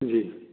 जी